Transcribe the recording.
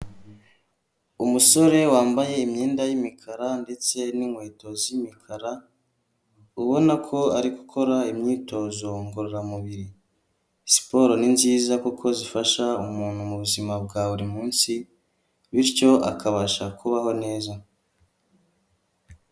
Umusore wambaye imyenda y'imikara ndetse n'inkweto z'imikara, ubona ko ari gukora imyitozo ngororamubiri. Siporo ni nziza kuko zifasha umuntu mu buzima bwa buri munsi bityo akabasha kubaho neza.